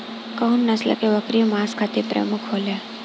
कउन नस्ल के बकरी मांस खातिर प्रमुख होले?